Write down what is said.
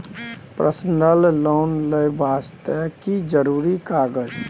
Personal loan ले वास्ते की जरुरी कागज?